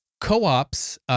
Co-ops